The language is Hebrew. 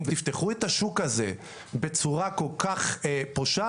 אם תפתחו את השוק הזה בצורה כל כך פושעת,